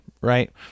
right